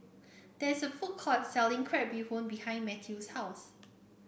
there's a food court selling Crab Bee Hoon behind Mathew's house